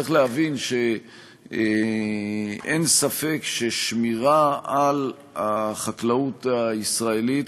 צריך להבין שאין ספק ששמירה על החקלאות הישראלית,